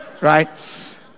right